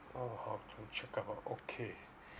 oh how to check up ah okay